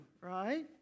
right